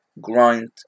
Grind